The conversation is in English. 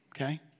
okay